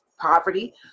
poverty